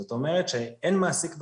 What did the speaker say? זאת אומרת שאין מעסיק בתמונה.